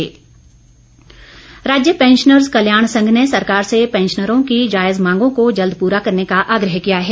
pensioner राज्य pensioners कल्याण संघ ने सरकार से पैंशनरों की जायज मांगों को जल्द पूरा करने का आग्रह किया है